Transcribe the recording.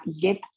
get